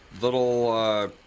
little